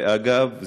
ואגב,